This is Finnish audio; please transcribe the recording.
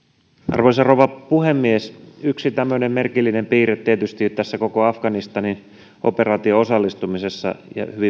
arvoisa rouva puhemies yksi tämmöinen merkillinen piirre ja hyvin merkittävä sellainen tietysti tässä koko afganistanin operaatioon osallistumisessa